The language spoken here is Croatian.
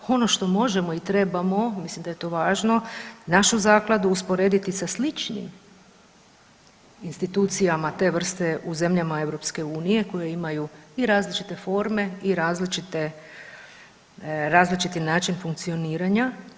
Ono što možemo i trebamo, mislim da je to važno, našu zakladu usporediti sa sličnim institucijama te vrste u zemljama EU koje imaju i različite forme i različite, različiti način funkcioniranja.